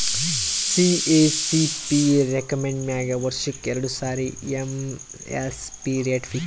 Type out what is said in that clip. CACP recommend ಮ್ಯಾಗ್ ವರ್ಷಕ್ಕ್ ಎರಡು ಸಾರಿ ಎಮ್.ಎಸ್.ಪಿ ರೇಟ್ ಫಿಕ್ಸ್ ಆತದ್